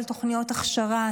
כולל תוכניות הכשרה,